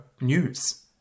news